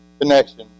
connection